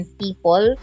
people